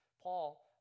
Paul